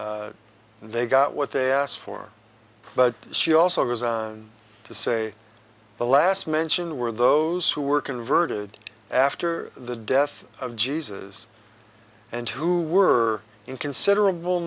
history they got what they asked for but she also resigned to say the last mentioned were those who were converted after the death of jesus and who were in considerable